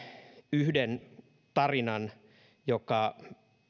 yhden tarinan joka